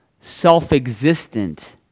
self-existent